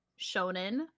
shonen